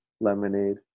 lemonade